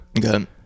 Good